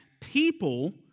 people